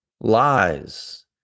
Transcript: Lies